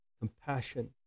Compassion